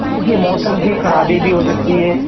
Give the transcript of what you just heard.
دیکھیے موسم کی خرابی بھی ہو سکتی ہے